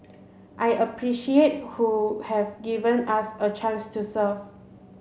I appreciate who have given us a chance to serve